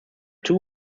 two